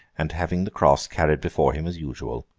and having the cross carried before him as usual.